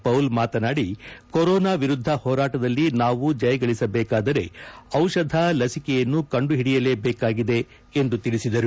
Paul ಮಾತನಾಡಿ corona ವಿರುದ್ಧ ಹೋರಾಟದಲ್ಲಿ ನಾವು ಜಯಗಳಿಸಬೇಕಾದರೆ ದಿಷಧ ಲಸಿಕೆಯನ್ನು ಕಂಡುಹಿಡಿಯಲೇಬೇಕಾಗಿದೆ ಎಂದು ತಿಳಿಸಿದರು